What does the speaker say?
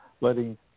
letting